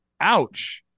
Ouch